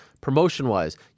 promotion-wise